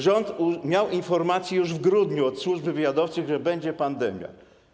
Rząd miał informację już w grudniu od służb wywiadowczych, że będzie pandemia.